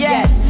Yes